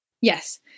Yes